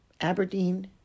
Aberdeen